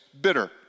bitter